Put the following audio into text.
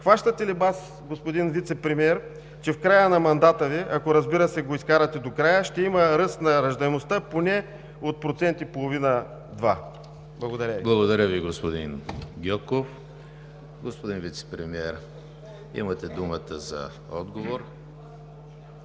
Хващате ли бас, господин Вицепремиер, че в края на мандата Ви, ако разбира се, го изкарате до края, ще има ръст на раждаемостта поне от процент и половина – два? ПРЕДСЕДАТЕЛ ЕМИЛ ХРИСТОВ: Благодаря Ви, господин Гьоков. Господин Вицепремиер, имате думата за отговор.